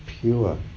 pure